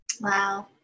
wow